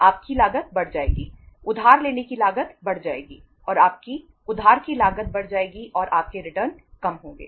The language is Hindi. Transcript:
आपकी लागत बढ़ जाएगी उधार लेने की लागत बढ़ जाएगी और आपकी उधार की लागत बढ़ जाएगी और आपके रिटर्न कम होंगे